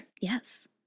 Yes